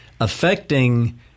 affecting